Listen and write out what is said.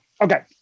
okay